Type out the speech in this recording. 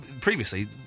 previously